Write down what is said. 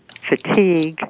fatigue